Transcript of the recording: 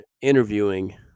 interviewing